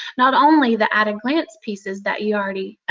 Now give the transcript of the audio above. not only the at-a-glance pieces that you already